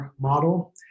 model